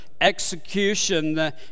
execution